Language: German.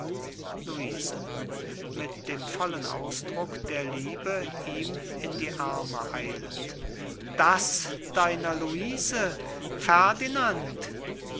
luise mit dem vollen ausdruck der liebe ihm in die arme eilend das deiner luise ferdinand